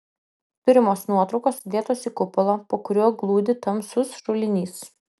turimos nuotraukos sudėtos į kupolą po kuriuo glūdi tamsus šulinys